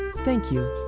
thank you.